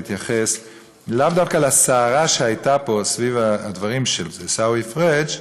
להתייחס לאו דווקא לסערה שהייתה פה סביב הדברים של עיסאווי פריג',